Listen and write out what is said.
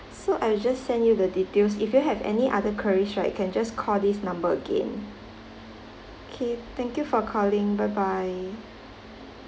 so I'll just send you the details if you have any other queries right can just call this number again okay thank you for calling bye bye